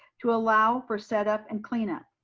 to allow for setup and cleanup.